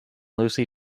lucy